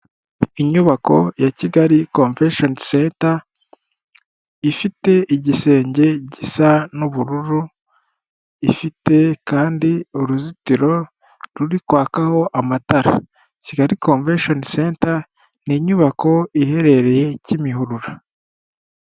Inyubako ya Kigali convention center ifite igisenge gisa n'ubururu, ifite kandi uruzitiro ruri kwakaho amatara. Kigali convention centre n’inyubako iherereye Kimihurura.